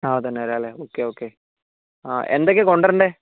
നാളെ തന്നെ വരാമല്ലേ ഓക്കേ ഓക്കേ ആ എന്തൊക്കെയാണ് കൊണ്ടുവരേണ്ടത്